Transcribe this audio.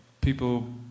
people